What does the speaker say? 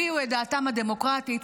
הביעו את דעתם הדמוקרטית,